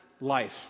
life